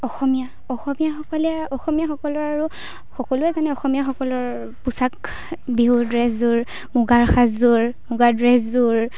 অসমীয়া অসমীয়াসকলে অসমীয়াসকলৰ আৰু সকলোৱে মানে অসমীয়াসকলৰ পোচাক বিহুৰ ড্ৰেছযোৰ মুগাৰ সাজযোৰ মুগাৰ ড্ৰেছযোৰ